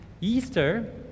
Easter